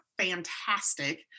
fantastic